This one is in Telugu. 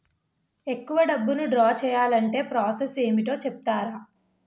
ఎక్కువ డబ్బును ద్రా చేయాలి అంటే ప్రాస సస్ ఏమిటో చెప్తారా?